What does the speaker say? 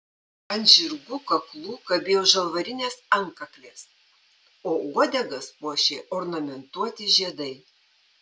ant žirgų kaklų kabėjo žalvarinės antkaklės o uodegas puošė ornamentuoti žiedai